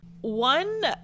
one